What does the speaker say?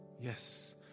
yes